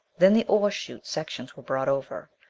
then the ore chute sections were brought over.